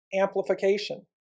amplification